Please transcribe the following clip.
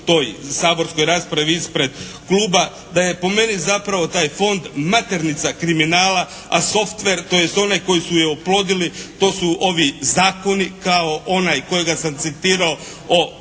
toj saborskoj raspravi ispred kluba, da je po meni zapravo taj fond maternica kriminala, a softver tj. onaj koji su je oplodili, to su ovi zakoni kao onaj kojega sam citirao o